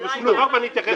שום דבר ואני אתייחס לזה.